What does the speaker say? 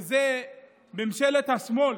וזו ממשלת השמאל,